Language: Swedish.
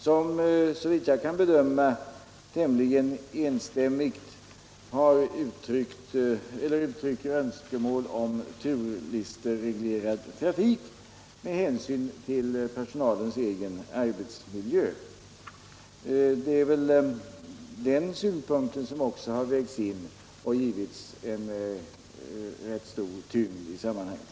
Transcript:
43 minska trafikolycksriskerna under vinterhalvåret Såvitt jag kan bedöma, uttrycker den tämligen enstämmigt önskemål om turlistereglerad trafik med hänsyn till den egna arbetssituationen. Den synpunkten har vägts in och givits rätt stor tyngd i sammanhanget.